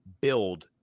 build